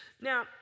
Now